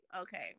okay